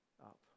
up